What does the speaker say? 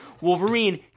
Wolverine